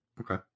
Okay